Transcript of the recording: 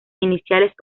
iniciales